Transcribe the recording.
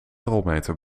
rolmeter